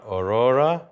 Aurora